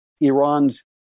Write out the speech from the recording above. Iran's